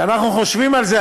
כשאנחנו חושבים על זה,